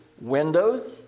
windows